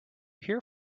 here